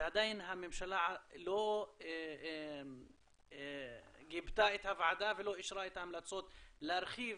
ועדיין הממשלה לא גיבתה את הוועדה ולא אישרה את ההמלצות להרחיב